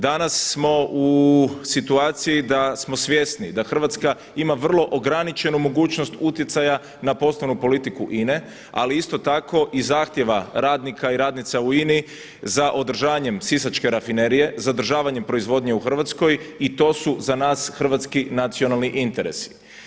Danas smo u situaciji da smo svjesni da Hrvatska ima vrlo ograničenu mogućnost utjecaja na poslovnu politiku INA-e, ali isto tako i zahtjeva radnika i radnica u INA-i za održanjem sisačke rafinerije, zadržavanjem proizvodnje u Hrvatskoj i to su za nas hrvatski nacionalni interesi.